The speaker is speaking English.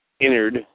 entered